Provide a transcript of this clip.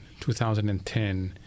2010